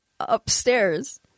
upstairs